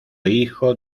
hijo